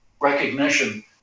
recognition